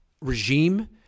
regime